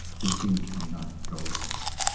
thinking cannot go there.